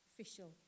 official